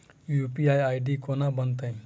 UPI ID केना बनतै?